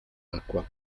acqua